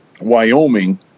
Wyoming